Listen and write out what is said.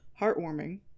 heartwarming